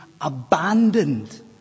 abandoned